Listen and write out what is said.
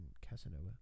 Casanova